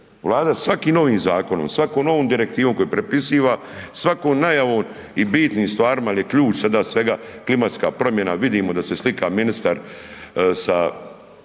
svakim novim zakonom, svakom novom direktivom koju prepisiva, svakom najavom i bitnim stvarima jel je ključ sada svega klimatska promjena. Vidimo da se slika ministar sa